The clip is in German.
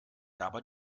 dabei